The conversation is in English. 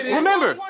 Remember